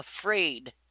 afraid